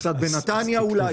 קצת בנתניה אולי,